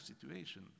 situation